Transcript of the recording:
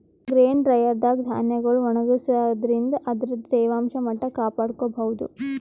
grain dryer ದಾಗ್ ಧಾನ್ಯಗೊಳ್ ಒಣಗಸಾದ್ರಿನ್ದ ಅದರ್ದ್ ತೇವಾಂಶ ಮಟ್ಟ್ ಕಾಪಾಡ್ಕೊಭೌದು